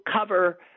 cover